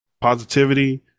positivity